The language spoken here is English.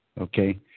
Okay